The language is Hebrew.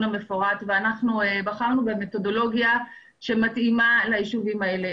המפורט ובחרנו במתודולוגיה שמתאימה ליישובים האלה.